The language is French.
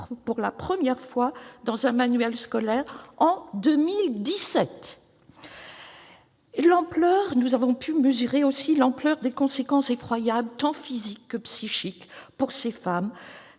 pour la première fois dans un manuel scolaire en 2017 ! Nous avons pu mesurer l'ampleur des conséquences effroyables tant physiques que psychiques pour ces femmes,